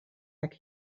back